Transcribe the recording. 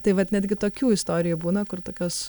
tai vat netgi tokių istorijų būna kur tokios